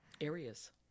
areas